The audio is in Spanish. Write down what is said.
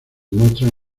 muestran